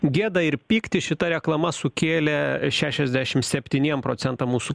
gėdą ir pyktį šita reklama sukėlė šešiasdešim septyniem procentam mūsų